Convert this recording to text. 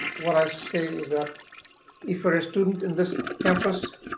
what i say is that if you're a student in this campus,